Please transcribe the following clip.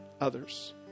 others